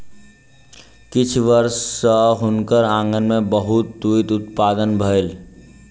किछ वर्ष सॅ हुनकर आँगन में बहुत तूईत उत्पादन भेल